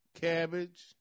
cabbage